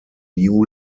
new